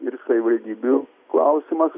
ir savivaldybių klausimas